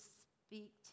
speak